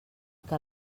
que